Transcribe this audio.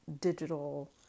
digital